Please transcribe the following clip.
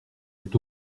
est